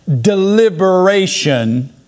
deliberation